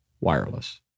wireless